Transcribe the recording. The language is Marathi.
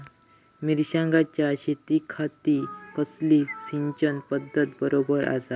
मिर्षागेंच्या शेतीखाती कसली सिंचन पध्दत बरोबर आसा?